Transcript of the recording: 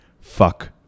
fuck